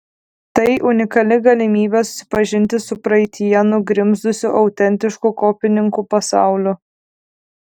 tai unikali galimybė susipažinti su praeityje nugrimzdusiu autentišku kopininkų pasauliu